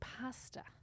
pasta